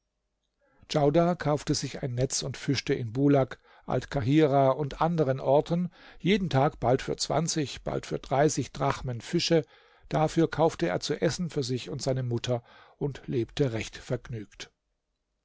djaudar kaufte sich ein netz und fischte in bulak altkahirah und anderen orten jeden tag bald für zwanzig bald für dreißig drachmen fische dafür kaufte er zu essen für sich und seine mutter und lebte recht vergnügt